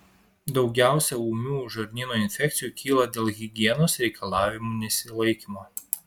daugiausiai ūmių žarnyno infekcijų kyla dėl higienos reikalavimų nesilaikymo